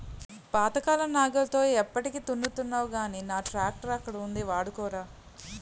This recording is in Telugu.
పాతకాలం నాగలితో ఎప్పటికి దున్నుతావ్ గానీ నా ట్రాక్టరక్కడ ఉంది వాడుకోరా